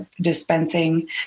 dispensing